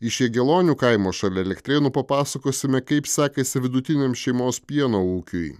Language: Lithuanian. iš jegelonių kaimo šalia elektrėnų papasakosime kaip sekasi vidutiniam šeimos pieno ūkiui